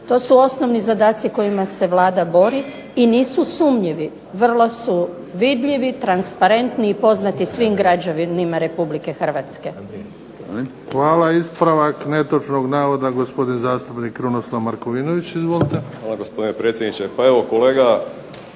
To su osnovni zadaci kojima se Vlada bori i nisu sumnjivi. Vrlo su vidljivi, transparentni i poznati svim građanima RH. **Bebić, Luka (HDZ)** Hvala. Ispravak netočnog navoda gospodin zastupnik Krunoslav Markovinović. **Markovinović, Krunoslav (HDZ)** Hvala, gospodine predsjedniče. Pa evo kolega